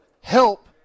help